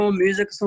music